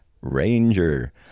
ranger